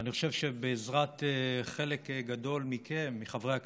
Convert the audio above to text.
ואני חושב שבעזרת חלק גדול מכם, מחברי הכנסת,